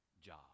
job